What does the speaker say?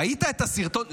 ראית את הסרטון?